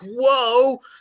whoa